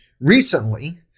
recently